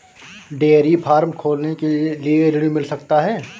Dairy farm खोलने के लिए ऋण मिल सकता है?